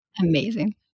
Amazing